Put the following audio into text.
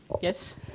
Yes